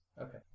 Okay